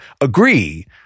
agree